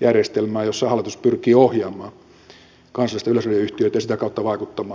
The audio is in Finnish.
järjestelmään jossa hallitus pyrkii ohjaamaan kansallista yleisradioyhtiötä ja sitä kautta vaikuttamaan maan asioihin